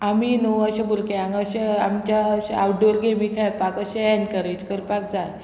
आमी न्हू अशे भुरग्यांक अशे आमच्या अशे आवटडोर गेमी खेळपाक अशे एनकरेज करपाक जाय